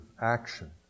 action